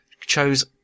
chose